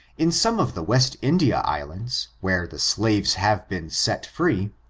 in some of the west india islands, where the slaves have been set free,